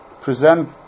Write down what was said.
present